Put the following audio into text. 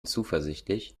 zuversichtlich